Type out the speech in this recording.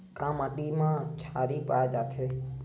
का माटी मा क्षारीय पाए जाथे?